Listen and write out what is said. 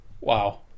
Wow